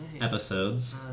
episodes